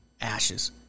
Ashes